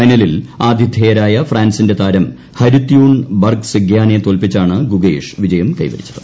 ഫൈനലിൽ ആതിഥേയരായ ഫ്രാൻസിന്റെ താരം ഹരുത്യൂൻ ബർഗ്സെഗ്യാനെ തോൽപ്പിച്ചാണ് ഗുകേഷ് വിജയം കൈവരിച്ചത്